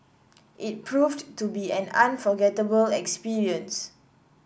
it proved to be an unforgettable experience